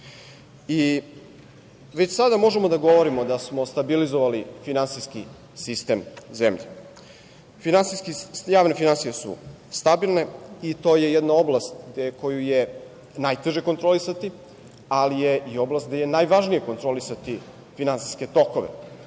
sada možemo da govorimo da smo stabilizovali finansijski sistem zemlje. Javne finansije su stabilne i to je jedna oblast koju je najteže kontrolisati, ali je oblast i gde je najvažnije kontrolisati finansijske tokove.